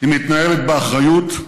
היא מתנהלת באחריות,